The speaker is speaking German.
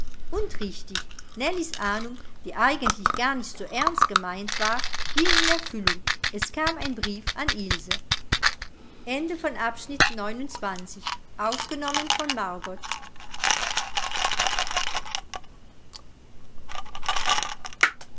und richtig nellies ahnung die eigentlich gar nicht so ernst gemeint war ging in erfüllung es kam ein brief an ilse